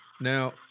Now